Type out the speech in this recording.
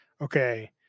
okay